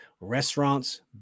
restaurants